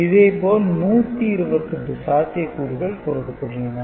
இதேபோல் 128 சாத்தியக்கூறுகள் கொடுக்கபாட்டுள்ளன